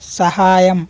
సహాయం